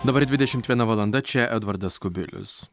dabar dvidešimt viena valanda čia edvardas kubilius